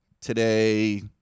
Today